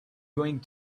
going